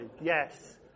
yes